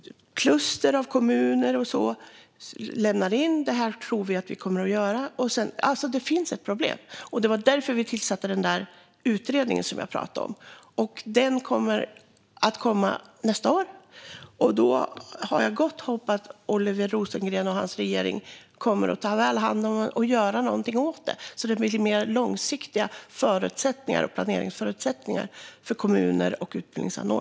Kluster av kommuner lämnar in vad de tror att de kommer att göra. Det finns ett problem, och det var därför vi tillsatte den utredning jag pratade om. Den kommer att vara färdig nästa år, och jag har gott hopp om att Oliver Rosengren och hans regering då kommer att ta väl hand om detta och göra något åt det så att kommuner och utbildningsanordnare får lite mer långsiktiga planeringsförutsättningar.